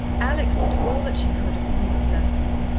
alex did all that she could of queenie's lessons,